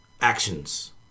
actions